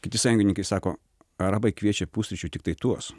kiti sąjungininkai sako arabai kviečia pusryčių tiktai tuos